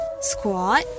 Squat